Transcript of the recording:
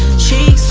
shake